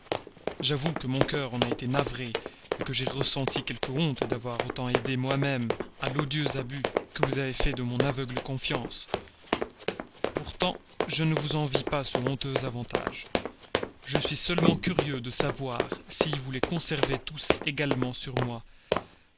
j'avoue que mon cœur en a été navré que j'ai ressenti quelque honte d'avoir autant aidé moi-même à l'odieux abus que vous avez fait de mon aveugle confiance pourtant je ne vous envie pas ce honteux avantage je suis seulement curieux de savoir si vous les conserverez tous également sur moi